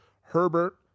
Herbert